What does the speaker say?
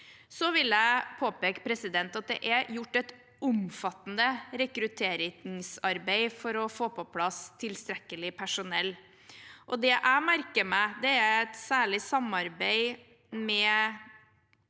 Så vil jeg påpeke at det er gjort et omfattende rekrutteringsarbeid for å få på plass tilstrekkelig personell. Det jeg merker meg, er et særlig samarbeid med